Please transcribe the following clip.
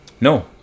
No